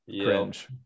cringe